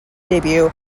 debut